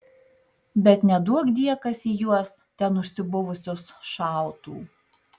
bet neduokdie kas į juos ten užsibuvusius šautų